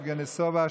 יבגני סובה,